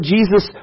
Jesus